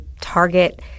target